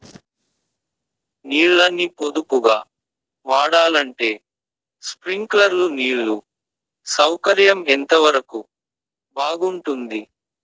నీళ్ళ ని పొదుపుగా వాడాలంటే స్ప్రింక్లర్లు నీళ్లు సౌకర్యం ఎంతవరకు బాగుంటుంది?